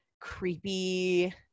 creepy